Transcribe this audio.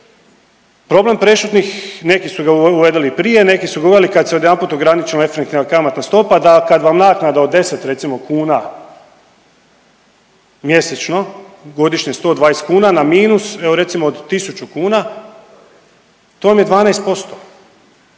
Problem prešutnih, neki su ga uveli prije, neki su ga uveli kad se odjedanput ograničila efektivna kamatna stopa da kad vam naknada od 10 recimo kuna mjesečno, godišnje 120 kuna na minus evo recimo od tisuću kuha to vam je 12%